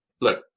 look